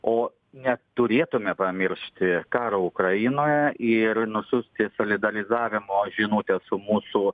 o neturėtume pamiršti karo ukrainoje ir nusiųsti solidarizavimo žinutę su mūsų